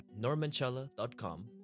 normanchella.com